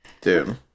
Dude